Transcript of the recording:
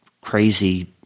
crazy